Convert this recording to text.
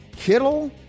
Kittle